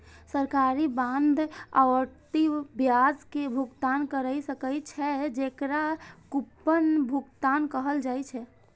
सरकारी बांड आवर्ती ब्याज के भुगतान कैर सकै छै, जेकरा कूपन भुगतान कहल जाइ छै